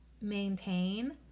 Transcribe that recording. maintain